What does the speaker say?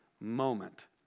moment